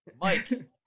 Mike